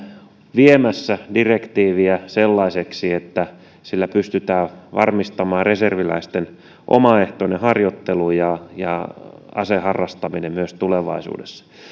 viemässä direktiiviä sellaiseksi että sillä pystytään varmistamaan reserviläisten omaehtoinen harjoittelu ja ja aseharrastaminen myös tulevaisuudessa